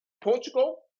Portugal